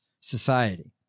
Society